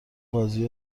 بازی